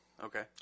Okay